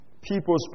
people's